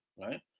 right